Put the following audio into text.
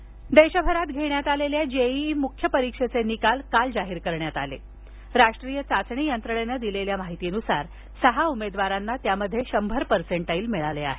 जे E E देशभरात घेण्यात आलेल्या जे ई ई मुख्य परिक्षेचे निकाल काल जाहीर करण्यात आले असून राष्ट्रीय चाचणी यंत्रणेनं दिलेल्या माहितीनुसार सहा उमेदवारांना शंभर पर्सेंटाईल मिळाले आहेत